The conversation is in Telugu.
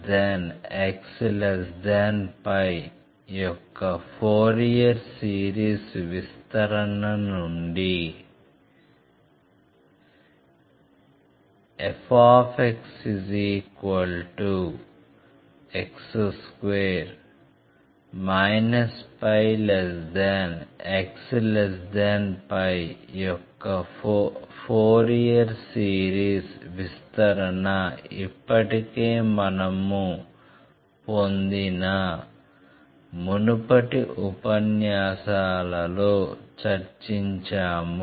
fxx2 πxπ యొక్క ఫోరియర్ సిరీస్ విస్తరణ నుండి fxx2 π x π యొక్క ఫోరియర్ సిరీస్ విస్తరణ ఇప్పటికే మనము పొందిన మునుపటి ఉపన్యాసాలలో చర్చించాము